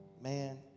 man